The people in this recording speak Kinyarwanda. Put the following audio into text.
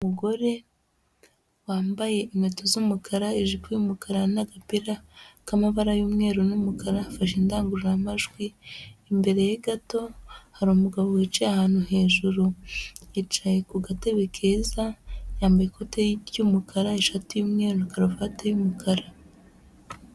Umugore wambaye inkweto z'umukara, ijipo y'umukara n'agapira k'amabara y'umweru n'umukara, afashe indangururamajwi, imbere ye gato, hari umugabo wicaye ahantu hejuru, yicaye ku gatebe keza, yambaye ikote ry'umukara, ishati y'umweru, kararuvati y'umukara.